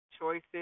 choices